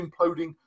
imploding